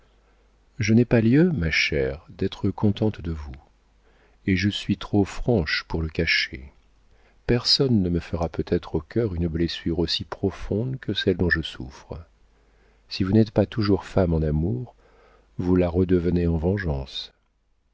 je n'ai pas lieu ma chère d'être contente de vous et je suis trop franche pour le cacher personne ne me fera peut-être au cœur une blessure aussi profonde que celle dont je souffre si vous n'êtes pas toujours femme en amour vous la redevenez en vengeance